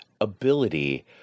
ability